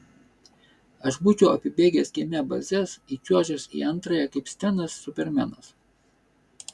aš būčiau apibėgęs kieme bazes įčiuožęs į antrąją kaip stenas supermenas